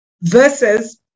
versus